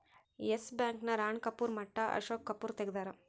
S Bank ನ ರಾಣ ಕಪೂರ್ ಮಟ್ಟ ಅಶೋಕ್ ಕಪೂರ್ ತೆಗ್ದಾರ